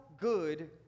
good